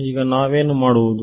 ಈಗ ನಾವೇನು ಮಾಡುವುದು